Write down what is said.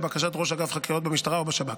ולבקשת ראש אגף חקירות במשטרה או בשב"כ.